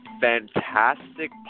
fantastic